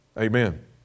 Amen